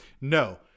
No